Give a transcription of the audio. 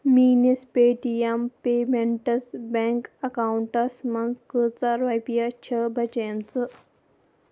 میٛٲنِس Paytm payments bank accounts منٛز کۭژاہ رۄپیہِ چھِ بچیمژٕ